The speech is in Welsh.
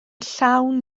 llawn